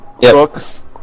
Books